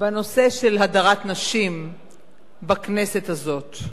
בנושא של הדרת נשים בכנסת הזאת.